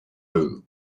loop